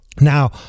Now